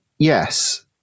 Yes